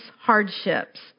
hardships